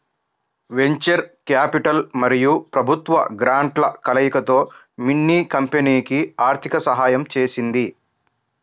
venture capital మరియు ప్రభుత్వ గ్రాంట్ల కలయికతో మిన్నీ కంపెనీకి ఆర్థిక సహాయం చేసింది